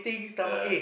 yeah